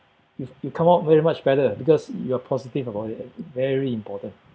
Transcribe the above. you've you come out very much better because you're positive about it very important